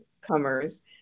comers